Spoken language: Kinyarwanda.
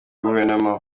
guverinoma